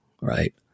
Right